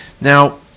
now